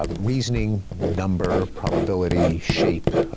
ah reasoning, number, probability, shape,